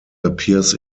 appears